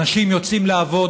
אנשים יוצאים לעבוד,